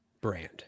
brand